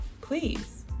please